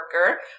worker